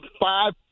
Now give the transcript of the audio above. five